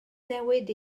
newid